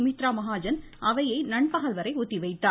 சுமித்ரா மகாஜன் அவையை நண்பகல்வரை ஒத்திவைத்தார்